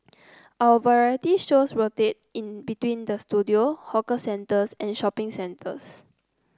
our variety shows rotate in between the studio hawker centres and shopping centres